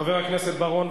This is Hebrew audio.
חבר הכנסת רוני בר-און,